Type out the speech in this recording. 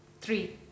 three